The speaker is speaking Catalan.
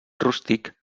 rústic